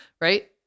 right